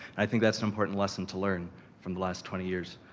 i think that's an important lesson to learn from the last twenty years.